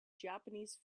japanese